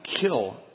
kill